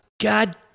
God